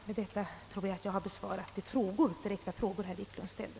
Med detta tror jag att jag har besvarat de direkta frågor herr Wiklund ställde.